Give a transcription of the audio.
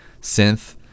synth